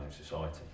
society